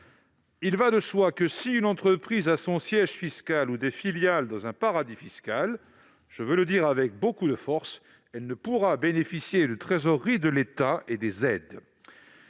Il va de soi que, si une entreprise a son siège fiscal ou des filiales dans un paradis fiscal- je veux le dire avec beaucoup de force -, elle ne pourra bénéficier des aides de trésorerie de l'État. » Le